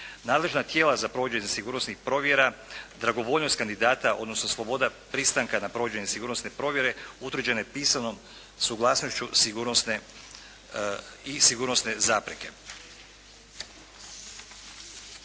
nadležna tijela za provođenje sigurnosnih provjera, dragovoljnost kandidata, odnosno sloboda pristanka na provođenje sigurnosne provjere utvrđene pisanom suglasnošću sigurnosne zapreke.